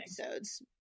episodes